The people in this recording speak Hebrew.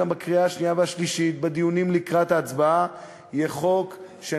גם בדיונים לקראת הקריאה השנייה והשלישית,